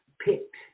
picked